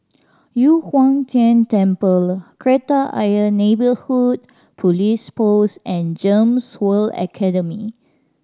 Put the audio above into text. Yu Huang Tian Temple Kreta Ayer Neighbourhood Police Post and GEMS World Academy